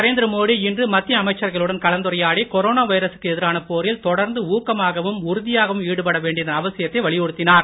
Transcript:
நரேந்திர மோடி இன்று மத்திய அமைச்சர்களுடன் கலந்துரையாடி கொரோனா வைரசுக்கு எதிரான போரில் தொடர்ந்து ஊக்கமாகவும் உறுதியாகவும் ஈடுபட வேண்டியதன் அவசியத்தை வலியுறுத்தினார்